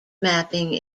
mapping